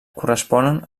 corresponen